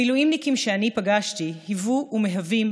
המילואימניקים שאני פגשתי היוו ומהווים